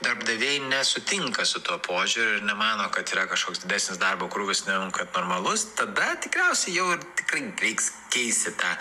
darbdaviai nesutinka su tuo požiūriu ir nemano kad yra kažkoks didesnis darbo krūvis negu kad normalus tada tikriausiai jau ir tikrai reiks keisti tą